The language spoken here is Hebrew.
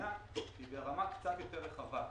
שהשנייה היא ברמה קצת יותר רחבה,